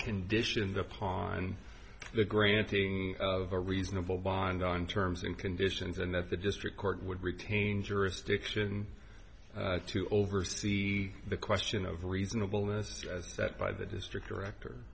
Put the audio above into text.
conditioned upon the granting of a reasonable bond on terms and conditions and that the district court would retain jurisdiction to oversee the question of reasonable mr set by the district director